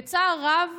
בצער רב,